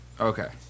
Okay